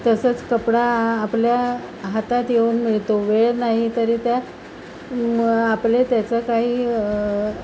तसंच कपडा आपल्या हातात येऊन मिळतो वेळ नाही तरी त्या आपले त्याचा काही